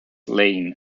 lane